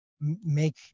make